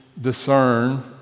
discern